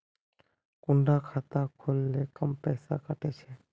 कुंडा खाता खोल ले कम पैसा काट छे?